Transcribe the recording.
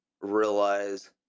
realize